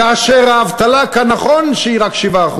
כאשר האבטלה כאן, נכון שהיא רק 7%,